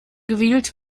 gewählt